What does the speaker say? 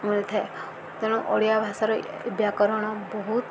ମିଳିଥାଏ ତେଣୁ ଓଡ଼ିଆ ଭାଷାର ବ୍ୟାକରଣ ବହୁତ